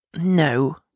no